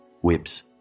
whips